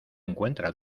encuentra